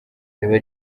riba